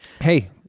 Hey